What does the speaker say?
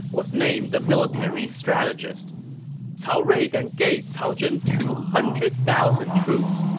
was named the military strategist cao rui then gave cao zhen two hundred thousand troops.